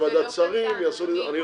לוועדת שרים ויעשו לזה אני לא מוכן לזה.